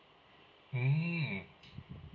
mm